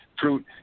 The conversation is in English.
fruit